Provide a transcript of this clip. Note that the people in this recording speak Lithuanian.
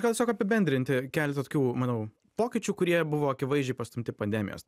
gal tiesiog apibendrinti keleta tokių manau pokyčių kurie buvo akivaizdžiai prastumti pandemijos